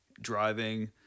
driving